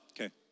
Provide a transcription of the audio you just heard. okay